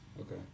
Okay